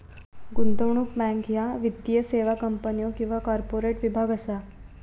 गुंतवणूक बँक ह्या वित्तीय सेवा कंपन्यो किंवा कॉर्पोरेट विभाग असा